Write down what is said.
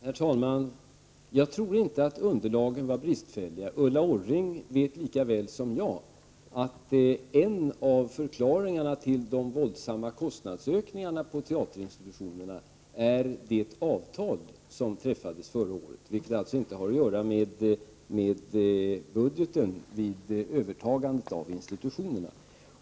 Herr talman! Jag tror inte att underlaget var bristfälligt. Ulla Orring vet 26 maj 1989 lika väl som jag att en av förklaringarna till de våldsamma kostnadsökningarna på teaterinstitutionerna är det avtal som träffades förra året, och de har alltså inte någonting att göra med budgeten vid övertagandet av institutionerna.